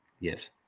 Yes